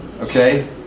Okay